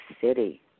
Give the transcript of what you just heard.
City